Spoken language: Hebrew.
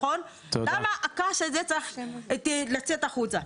למה הכעס הזה צריך לצאת החוצה.